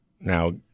Now